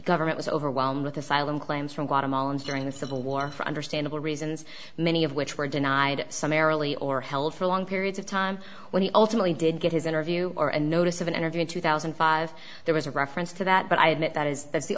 government was overwhelmed with asylum claims from guatemalan during the civil war for understandable reasons many of which were denied some airily or held for long periods of time when he ultimately did get his interview or a notice of an interview in two thousand and five there was a reference to that but i admit that is that's the